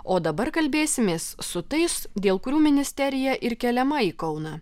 o dabar kalbėsimės su tais dėl kurių ministerija ir keliama į kauną